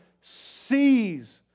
sees